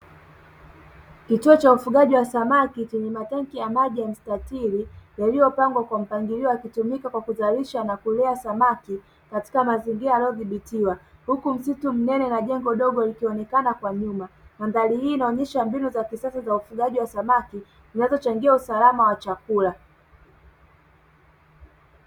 Kitu cha ufungaji wa samaki chenye matenki ya maji ya mstatili yaliyopangwa kwa mpangilio yakitumika kwa kuzalisha na kulea samaki katika mazingira yaliyodhibitiwa, huku msitu mnene na jengo dogo likionekana kwa nyuma. Mandhari hii inaonyesha mbinu za kisasa za ufungaji wa samaki zinazochangia usalama wa chakula.